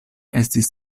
estis